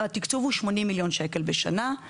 התקצוב הוא 80 מיליון שקל בשנה,